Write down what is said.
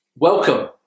Welcome